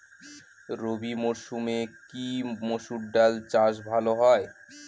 রবি মরসুমে কি মসুর ডাল চাষ ভালো হয়?